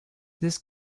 this